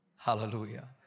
Hallelujah